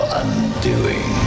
undoing